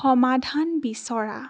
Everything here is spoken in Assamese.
সমাধান বিচৰা